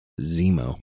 Zemo